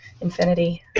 Infinity